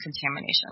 contamination